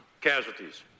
casualties